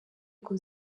ngo